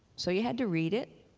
so you had to read it,